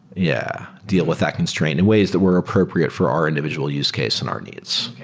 yeah, deal with that constraint and ways that were appropriate for our individual use case and our needs.